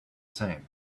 same